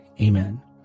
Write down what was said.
Amen